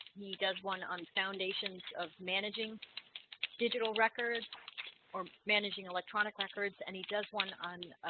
he does one on foundations of managing digital records or managing electronic records, and he does one on